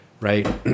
right